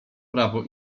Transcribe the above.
prawo